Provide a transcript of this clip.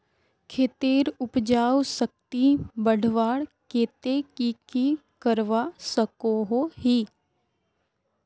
खेतेर उपजाऊ शक्ति बढ़वार केते की की करवा सकोहो ही?